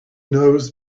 knows